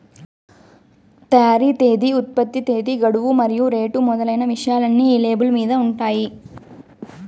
తయారీ తేదీ ఉత్పత్తి తేదీ గడువు మరియు రేటు మొదలైన విషయాలన్నీ ఈ లేబుల్ మీద ఉంటాయి